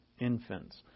infants